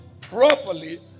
properly